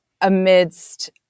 amidst